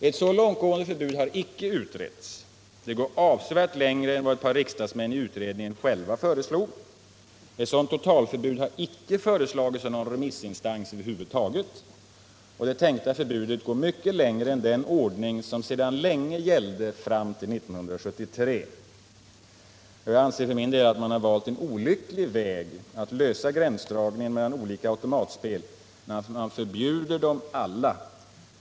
Ett så långt gående förbud har inte utretts. Det går avsevärt längre än vad ett par riksdagsmän i utredningen själva föreslog. Ett sådant totalförbud har inte föreslagits av några remissinstanser över huvud taget. Det tänkta förbudet går mycket längre än den ordning som sedan länge gällde fram till 1973. Jag anser för min del att man valt en olycklig väg att göra gränsdragningen mellan olika automatspel när man vill förbjuda dem alla.